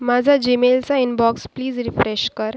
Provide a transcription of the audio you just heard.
माझा जीमेलचा inbox please refresh कर